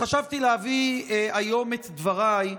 חשבתי להביא היום את דבריי,